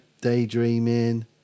daydreaming